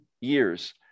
years